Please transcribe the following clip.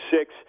six